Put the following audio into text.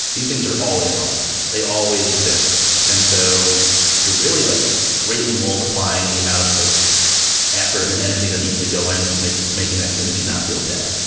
these things are always online. they always exist and so you're really like greatly multiplying the amount of like effort and energy that needs to go in to making the making that community not feel dead.